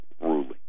ruling